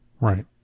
Right